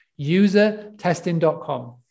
usertesting.com